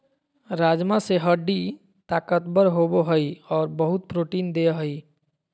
राजमा से हड्डी ताकतबर होबो हइ और बहुत प्रोटीन देय हई